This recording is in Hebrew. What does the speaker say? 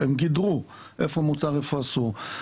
הם גידרו איפה מותר ואיפה אסור,